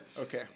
Okay